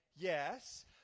Yes